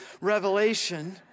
Revelation